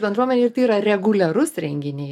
bendruomenę ir tai yra reguliarūs renginiai